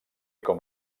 com